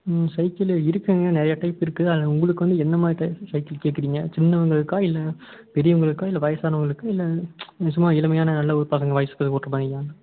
ம் சைக்கிளு இருக்குதுங்க நிறையா டைப் இருக்குது அதில் உங்களுக்கு வந்து என்ன மாதிரி டைப் சைக்கிள் கேக்கிறீங்க சின்னவங்களுக்கா இல்லை பெரியவங்களுக்கா இல்லை வயசானவங்களுக்கா இல்லை இந்த சும்மா இளமையான நல்ல ஒரு பசங்க வயசு பசங்கள் ஓட்டுகிற மாதிரியா